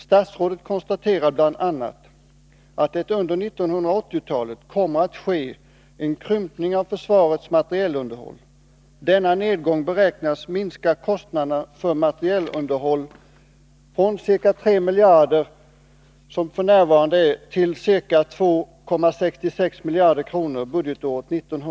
Statsrådet konstaterar bl.a. att det under 1980-talet kommer att ske en krympning av försvarets materielunderhåll. Denna nedgång beräknas minska kostnaderna för materielunderhåll från f. n. ca 3 miljarder till ca 2,66 miljarder kronor budgetåret 1991/92.